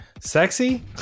sexy